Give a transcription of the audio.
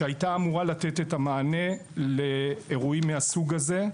שהייתה אמורה לתת את המענה לאירועים מהסוג הזה.